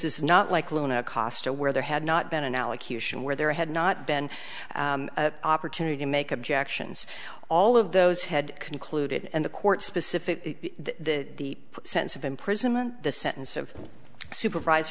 is not like luna cost or where there had not been an allocution where there had not been opportunity to make objections all of those had concluded and the court specifically the sense of imprisonment the sentence of supervise